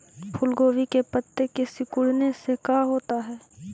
फूल गोभी के पत्ते के सिकुड़ने से का होता है?